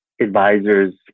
advisors